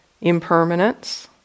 impermanence